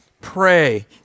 Pray